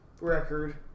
record